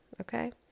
Okay